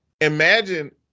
imagine